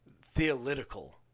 theological